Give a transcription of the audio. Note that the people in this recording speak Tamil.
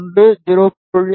ஒன்று 0